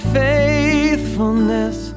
faithfulness